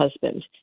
husband